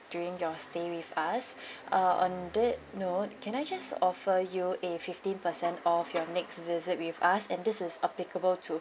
during your stay with us uh on that note can I just offer you a fifteen percent off your next visit with us and this is applicable to